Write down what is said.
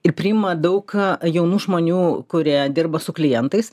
ir priima daug jaunų žmonių kurie dirba su klientais